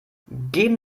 geben